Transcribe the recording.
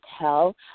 tell